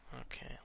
Okay